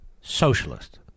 socialist